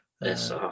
yes